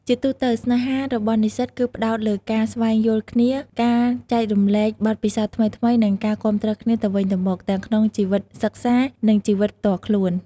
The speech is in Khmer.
ជាទូទៅ ស្នេហារបស់និស្សិតគឺផ្តោតលើការ ស្វែងយល់គ្នា ការ ចែករំលែកបទពិសោធន៍ថ្មីៗ និងការ គាំទ្រគ្នាទៅវិញទៅមក ទាំងក្នុងជីវិតសិក្សា និងជីវិតផ្ទាល់ខ្លួន។